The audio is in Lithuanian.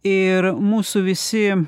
ir mūsų visi